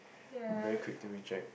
very quick to reject